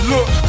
Look